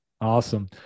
Awesome